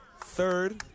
third